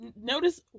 notice